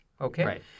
Okay